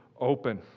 open